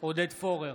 עודד פורר,